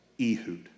Ehud